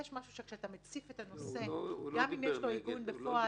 יש משהו בזה שאתה מציף נושא למרות שיש לו עיגון בפועל.